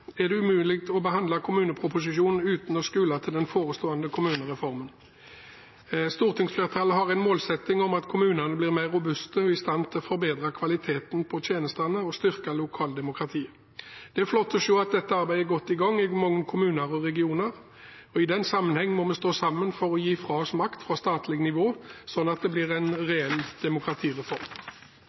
er det umulig å behandle kommuneproposisjonen uten å skule til den forestående kommunereformen. Stortingsflertallet har en målsetting om at kommunene blir mer robuste og i stand til å forbedre kvaliteten på tjenestene og styrke lokaldemokratiet. Det er flott å se at dette arbeidet er godt i gang i mange kommuner og regioner. I den sammenheng må vi stå sammen om å gi fra oss makt fra statlig nivå, slik at det blir en reell demokratireform.